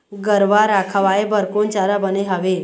गरवा रा खवाए बर कोन चारा बने हावे?